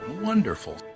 Wonderful